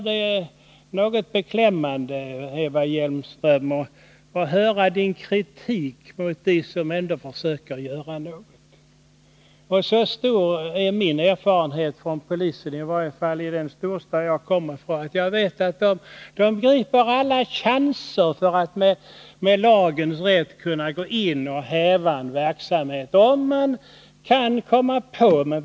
Det är därför beklämmande att höra Eva Hjelmströms kritik mot dem som ändå försöker att göra något. Så stor är min erfarenhet av polisen — i varje fall av polisen i den storstad jag kommer från — att jag vet att den griper alla chanser som finns att med lagens rätt gå in och häva en sådan verksamhet — om polisen kommer på den.